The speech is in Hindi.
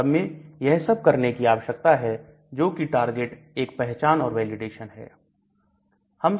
वास्तव में यह सब करने की आवश्यकता है जो कि टारगेट एक पहचान और वैलिडेशन है